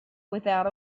without